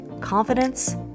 confidence